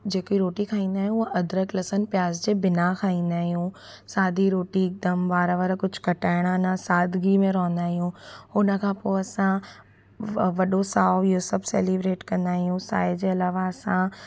जेके रोटी खाईंदा आहियूं उहा अदरक लहसुन प्याज़ जे बिना खाईंदा आहियूं सादी रोटी हिकदमि वार वार कुझु कटाइणा न सादगी में रहंदा आहियूं हुन खां पोइ असां वॾो साओ इहो सभु सेलिब्रेट कंदा आहियूं साए जे अलावा असां